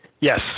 Yes